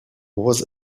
was